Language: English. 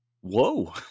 Whoa